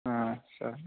సరే